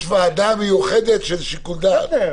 יש ועדה מיוחדת לשיקול דעת.